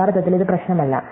യഥാർത്ഥത്തിൽ ഇത് പ്രശ്നമല്ല